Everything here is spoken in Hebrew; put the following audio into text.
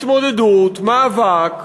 התמודדות, מאבק,